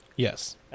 Yes